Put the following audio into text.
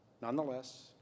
Nonetheless